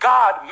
God